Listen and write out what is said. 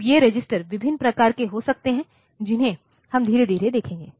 अब ये रजिस्टर विभिन्न प्रकार के हो सकते हैं जिन्हें हम धीरे धीरे देखेंगे